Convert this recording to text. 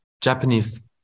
Japanese